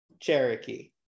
Cherokee